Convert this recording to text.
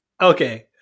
Okay